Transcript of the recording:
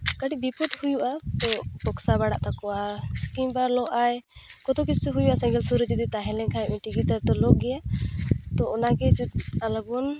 ᱠᱟᱹᱴᱤᱡ ᱵᱤᱯᱚᱫ ᱦᱩᱭᱩᱜᱼᱟ ᱛᱚ ᱯᱷᱚᱥᱠᱟ ᱵᱟᱲᱟᱜ ᱛᱟᱠᱚᱣᱟ ᱠᱤᱢᱵᱟ ᱞᱚᱜ ᱟᱭ ᱠᱚᱛᱚ ᱠᱤᱪᱷᱩ ᱦᱩᱭᱩᱜᱼᱟ ᱥᱮᱸᱜᱮᱞ ᱥᱩᱨᱮᱭ ᱛᱟᱦᱮᱸ ᱞᱮᱱᱠᱷᱟᱡ ᱢᱤᱫᱴᱤᱡ ᱜᱤᱫᱟᱹᱨ ᱛᱚ ᱞᱚᱜ ᱜᱮᱭᱟ ᱛᱚ ᱚᱱᱟ ᱜᱮ ᱡᱩᱫᱤ ᱟᱞᱚᱵᱚᱱ